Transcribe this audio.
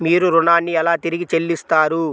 మీరు ఋణాన్ని ఎలా తిరిగి చెల్లిస్తారు?